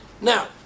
Now